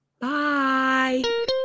bye